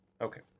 Okay